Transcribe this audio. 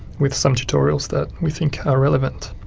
with some tutorials that we think are relevant.